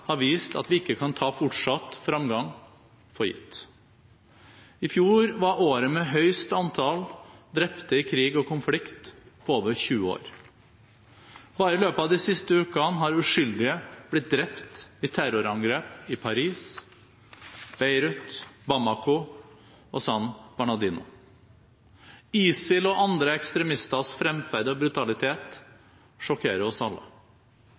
har vist at vi ikke kan ta fortsatt framgang for gitt. I fjor var året med høyest antall drepte i krig og konflikt på over 20 år. Bare i løpet av de siste ukene har uskyldige blitt drept i terrorangrep i Paris, Beirut, Bamako og St. Bernardino. ISILs og andre ekstremisters framferd og brutalitet sjokkerer oss alle.